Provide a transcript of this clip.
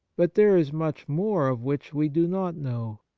but there is much more of which we do not know.